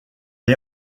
est